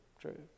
True